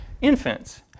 infants